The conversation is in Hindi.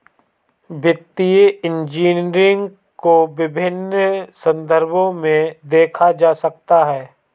वित्तीय इंजीनियरिंग को विभिन्न संदर्भों में देखा जा सकता है